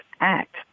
act